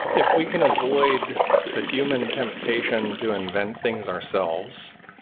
if we can avoid the human temptation to invent things ourselves,